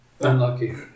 unlucky